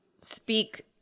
speak